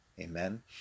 amen